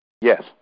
Yes